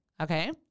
Okay